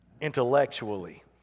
intellectually